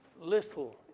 Little